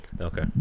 okay